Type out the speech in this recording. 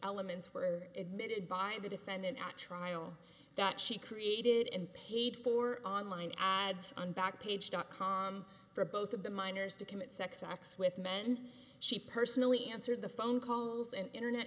elements were admitted by the defendant at trial that she created and paid for online ads on back page dot com for both of the minors to commit sex acts with men she personally answered the phone calls and internet